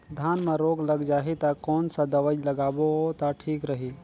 धान म रोग लग जाही ता कोन सा दवाई लगाबो ता ठीक रही?